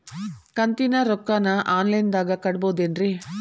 ಕಂತಿನ ರೊಕ್ಕನ ಆನ್ಲೈನ್ ದಾಗ ಕಟ್ಟಬಹುದೇನ್ರಿ?